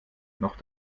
noch